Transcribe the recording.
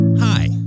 Hi